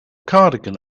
cardigan